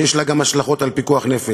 שיש לה גם השלכות של פיקוח נפש.